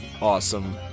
Awesome